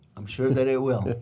um sure that it will.